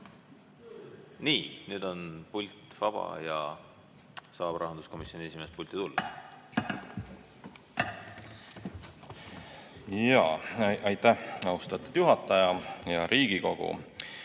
Nii, nüüd on pult vaba ja saab rahanduskomisjoni esimees kõnelema tulla. Aitäh, austatud juhataja! Hea Riigikogu!